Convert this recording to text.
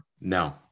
No